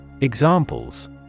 Examples